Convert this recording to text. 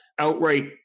outright